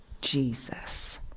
Jesus